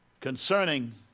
concerning